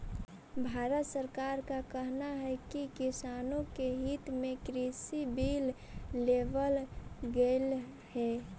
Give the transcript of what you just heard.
भारत सरकार का कहना है कि किसानों के हित में कृषि बिल लेवल गेलई हे